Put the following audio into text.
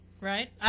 right